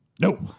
Nope